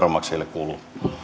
kuuluu